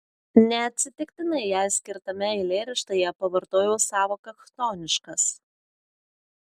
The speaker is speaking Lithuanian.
neatsitiktinai jai skirtame eilėraštyje pavartojau sąvoką chtoniškas